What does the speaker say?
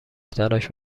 تلاش